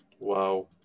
Wow